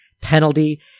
penalty